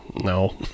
no